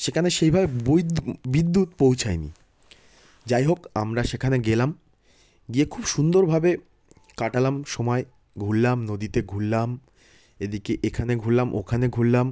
সেখানে সেইভাবে বৈদ্যু বিদ্যুৎ পৌঁছায় নি যাই হোক আমরা সেখানে গেলাম গিয়ে খুব সুন্দরভাবে কাটালাম সময় ঘুরলাম নদীতে ঘুরলাম এদিকে এখানে ঘুরলাম ওখানে ঘুরলাম